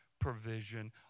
provision